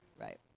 Right